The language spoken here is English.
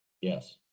Yes